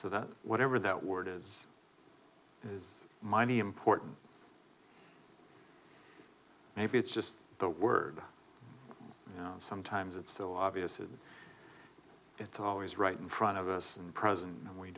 so that whatever that word is is mighty important maybe it's just the word you know sometimes it's so obvious that it's always right in front of us and present and we